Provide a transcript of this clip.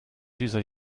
dieser